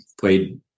played